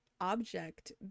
object